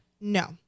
No